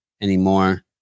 anymore